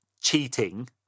cheating